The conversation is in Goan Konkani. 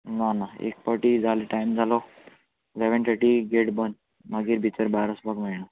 ना ना एक पावटी जाले टायम जालो सॅवॅन थटी गेट बंद मागीर भितर भायर वचपाक मेळना